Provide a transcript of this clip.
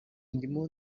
ndimo